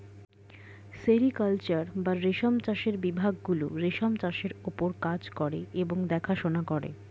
sericulture বা রেশম চাষের বিভাগ গুলো রেশম চাষের ওপর কাজ করে এবং দেখাশোনা করে